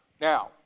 Now